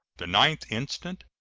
the ninth instant,